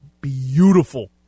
beautiful